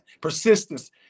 persistence